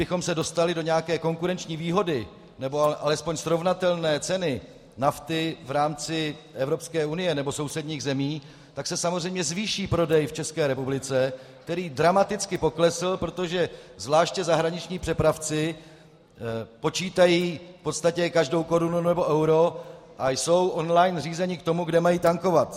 Kdybychom se dostali do nějaké konkurenční výhody nebo alespoň srovnatelné ceny nafty v rámci Evropské unie nebo sousedních zemí, tak se samozřejmě zvýší prodej v České republice, který dramaticky poklesl, protože zvláště zahraniční přepravci počítají v podstatě každou korunu nebo euro a jsou online řízeni k tomu, kde mají tankovat.